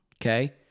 Okay